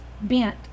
bent